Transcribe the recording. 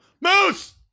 Moose